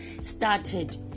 started